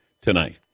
tonight